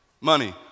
Money